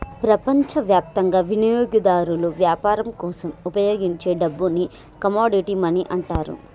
ప్రపంచవ్యాప్తంగా వినియోగదారులు వ్యాపారం కోసం ఉపయోగించే డబ్బుని కమోడిటీ మనీ అంటారు